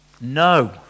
No